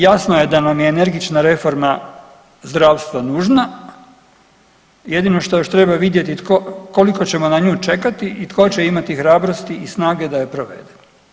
Jasno je da nam je energična reforma zdravstva nužna, jedino što još treba vidjeti koliko ćemo na nju čekati i tko će imati hrabrosti i snage da je provede.